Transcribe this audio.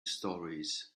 stories